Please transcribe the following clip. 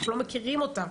אנחנו לא מכירים אותה.